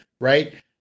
right